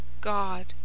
God